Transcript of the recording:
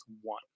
one